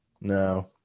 No